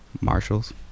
Marshalls